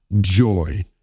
joy